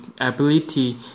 ability